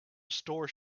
store